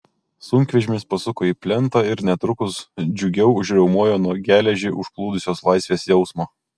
sunkvežimis pasuko į plentą ir netrukus džiugiau užriaumojo nuo geležį užplūdusios laisvės jausmo